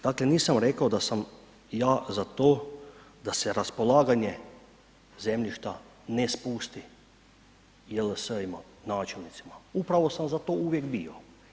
Dakle nisam rekao da sam ja za to da se raspolaganje zemljišta ne spusti JLS-ima, načelnicima, upravo sam za to uvijek bio.